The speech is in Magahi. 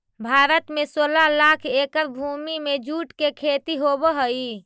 भारत में सोलह लाख एकड़ भूमि में जूट के खेती होवऽ हइ